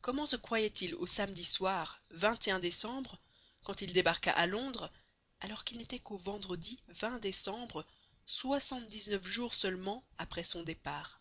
comment se croyait-il au samedi soir décembre quand il débarqua à londres alors qu'il n'était qu'au vendredi décembre soixante dix neuf jours seulement après son départ